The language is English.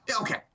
okay